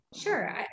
Sure